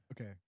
Okay